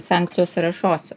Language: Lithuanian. sankcijos sąrašuose